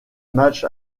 match